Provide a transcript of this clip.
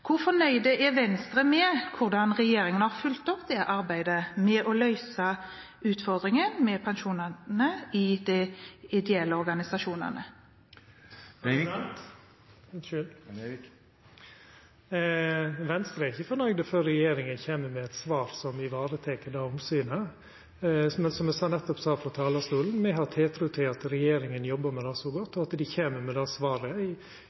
Hvor fornøyd er Venstre med hvordan regjeringen har fulgt opp arbeidet med å løse utfordringer med pensjonene i de ideelle organisasjonene? Venstre er ikkje fornøgde før regjeringa kjem med eit svar som varetek det omsynet. Som eg nettopp sa frå talarstolen: Me har tiltru til at regjeringa jobbar med det så godt at dei kjem med det svaret